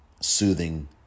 soothing